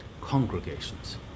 congregations